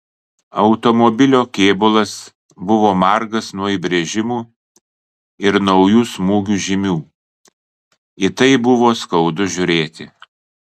automobilio kėbulas buvo margas nuo įbrėžimų ir naujų smūgių žymių į tai buvo skaudu žiūrėti